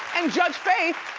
and judge faith,